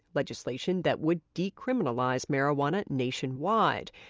legislation that would decriminalize marijuana nationwide.